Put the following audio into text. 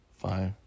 Five